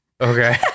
Okay